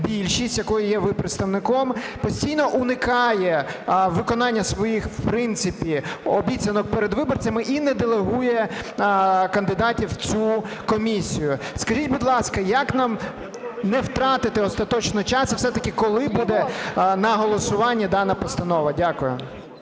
якої є ви представником, постійно уникає виконання своїх, в принципі, обіцянок перед виборцями і не делегує кандидатів в цю комісію. Скажіть, будь ласка, як нам не втратити остаточно час, а все-таки коли буде на голосуванні дана постанова? Дякую.